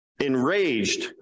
Enraged